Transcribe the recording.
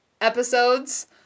episodes